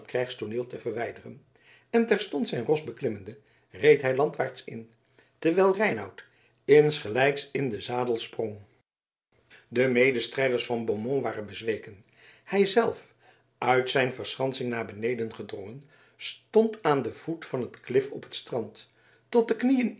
het krijgstooneel te verwijderen en terstond zijn ros beklimmende reed hij landwaarts in terwijl reinout insgelijks in den zadel sprong de medestrijders van beaumont waren bezweken hij zelf uit zijn verschansing naar beneden gedrongen stond aan den voet van het klif op het strand tot de knieën